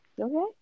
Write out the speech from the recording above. Okay